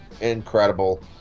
incredible